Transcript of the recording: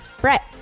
Brett